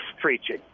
preaching